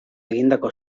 egindako